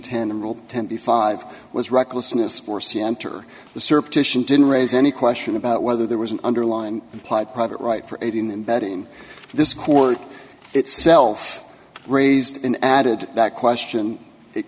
twenty five was recklessness or see enter the serve titian didn't raise any question about whether there was an underlying implied private right for aiding and abetting this court itself raised an added that question it